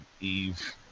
Eve